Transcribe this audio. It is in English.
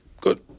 Good